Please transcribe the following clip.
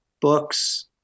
books